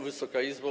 Wysoka Izbo!